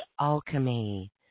Alchemy